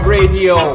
Radio